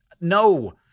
no